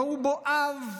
ראו בו אב,